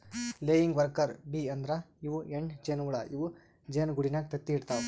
laying worker bee ಅಂದ್ರ ಇವ್ ಹೆಣ್ಣ್ ಜೇನಹುಳ ಇವ್ ಜೇನಿಗೂಡಿನಾಗ್ ತತ್ತಿ ಇಡತವ್